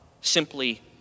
simply